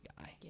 guy